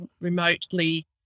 remotely